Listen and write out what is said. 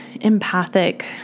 empathic